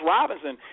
Robinson